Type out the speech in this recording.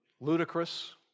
ludicrous